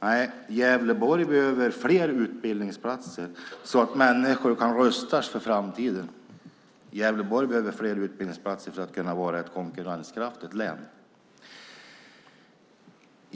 Nej! Gävleborg behöver fler utbildningsplatser så att människor kan rustas för framtiden. Gävleborg behöver fler utbildningsplatser för att vara ett konkurrenskraftigt län.